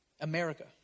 America